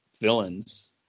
villains